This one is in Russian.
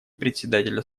председателя